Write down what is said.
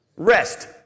rest